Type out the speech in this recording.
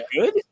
good